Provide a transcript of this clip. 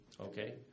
Okay